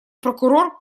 прокурор